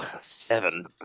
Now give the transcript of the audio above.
Seven